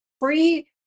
free